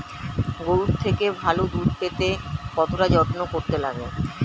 গরুর থেকে ভালো দুধ পেতে কতটা যত্ন করতে লাগে